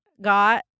got